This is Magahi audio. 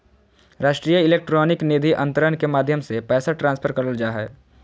राष्ट्रीय इलेक्ट्रॉनिक निधि अन्तरण के माध्यम से पैसा ट्रांसफर करल जा हय